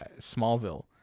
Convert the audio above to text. Smallville